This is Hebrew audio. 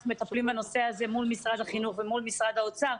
אנחנו מטפלים בנושא הזה מול משרד החינוך ומול משרד האוצר.